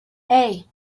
hey